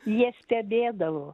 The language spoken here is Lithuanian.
jie stebėdavo